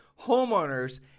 homeowners